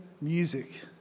music